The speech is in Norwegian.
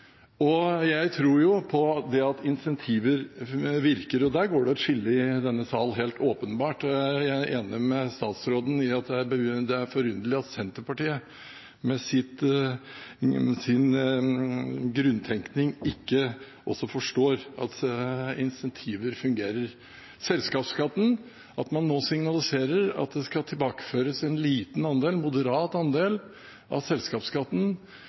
verdiskaping. Jeg tror på at incentiver virker. Der går det et skille i denne sal, helt åpenbart. Jeg er enig med statsråden i at det er forunderlig at Senterpartiet, med sin grunntenkning, ikke også forstår at incentiver fungerer. At man nå signaliserer at det skal tilbakeføres en liten andel, en moderat andel, av selskapsskatten